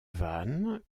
vannes